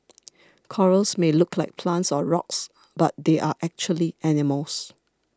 corals may look like plants or rocks but they are actually animals